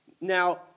Now